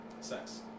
Sex